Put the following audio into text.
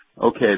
okay